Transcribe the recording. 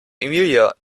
emilia